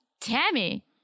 Tammy